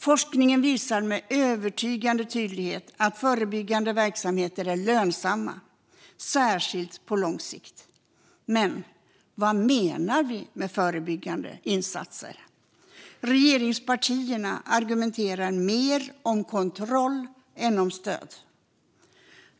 Forskningen visar med övertygande tydlighet att förebyggande verksamheter är lönsamma, särskilt på lång sikt. Men vad menar vi med förebyggande insatser? Regeringspartierna argumenterar mer om kontroll än om stöd.